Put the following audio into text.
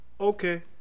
okay